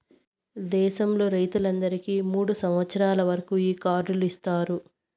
దేశంలో రైతులందరికీ మూడు సంవచ్చరాల వరకు ఈ కార్డు ఇత్తారు